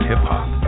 Hip-hop